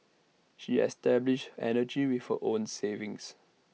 she established energy with her own savings